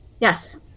Yes